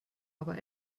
aber